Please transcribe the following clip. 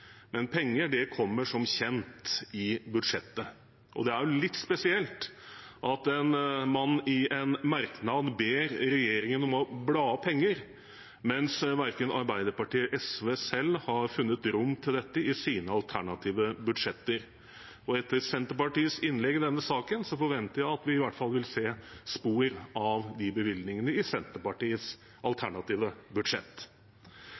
men penger kommer som kjent i budsjettet. Og det er jo litt spesielt at man i en merknad ber regjeringen om å bla opp penger, mens verken Arbeiderpartiet eller SV selv har funnet rom til dette i sine alternative budsjetter. Etter Senterpartiets innlegg i denne saken forventer jeg at vi i hvert fall vil se spor av de bevilgningene i Senterpartiets alternative budsjett.